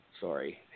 Sorry